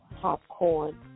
popcorn